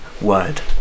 word